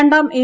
രണ്ടാം എൻ